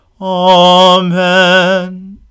Amen